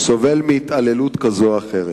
סובל מהתעללות כזאת או אחרת,